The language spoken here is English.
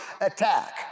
attack